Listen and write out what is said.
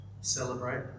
celebrate